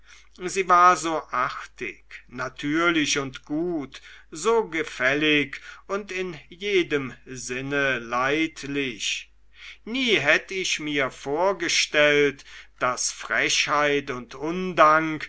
sie war so artig natürlich und gut so gefällig und in jedem sinne leidlich nie hätt ich mir vorgestellt daß frechheit und undank